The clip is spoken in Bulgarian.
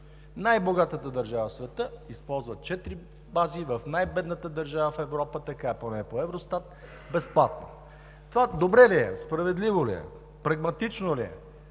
Най-богатата държава в света използва четири бази в най бедната държава в Европа, така е поне по „Евростат“, безплатно. Това добре ли е, справедливо ли е, прагматично ли е,